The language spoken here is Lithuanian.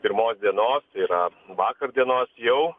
pirmos dienos yra vakar dienos jau